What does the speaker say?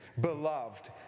Beloved